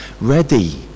ready